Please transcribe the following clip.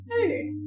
hey